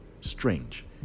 strange